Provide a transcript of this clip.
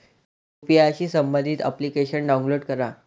UPI शी संबंधित application download करा